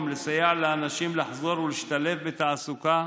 לסייע לאנשים לחזור להשתלב בתעסוקה,